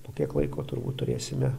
po kiek laiko turbūt turėsime